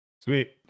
sweet